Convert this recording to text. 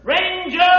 Ranger